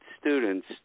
students